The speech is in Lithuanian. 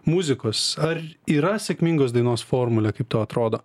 muzikos ar yra sėkmingos dainos formulė kaip tau atrodo